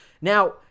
Now